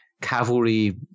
cavalry